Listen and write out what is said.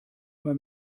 immer